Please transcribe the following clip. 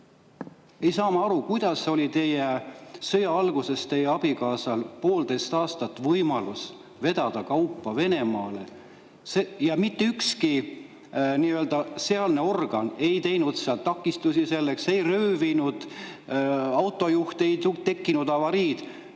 ei saa ma aru, kuidas oli sõja alguses teie abikaasal poolteist aastat võimalus vedada kaupa Venemaale. Mitte ükski sealne organ ei teinud selleks takistusi, ei röövinud autojuhti, ei tekkinud avariid